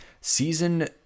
Season